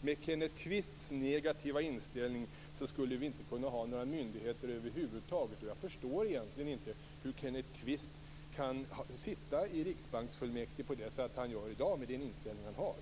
Med Kenneth Kvists negativa inställning skulle vi inte kunna ha några myndigheter över huvud taget. Jag förstår egentligen inte hur Kenneth Kvist kan sitta i riksbanksfullmäktige, som han gör i dag, med den inställning som han har.